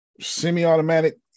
semi-automatic